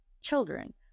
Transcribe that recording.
children